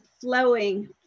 flowing